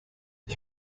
ich